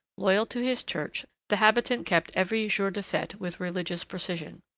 loyal to his church, the habitant kept every jour de fete with religious precision.